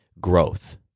growth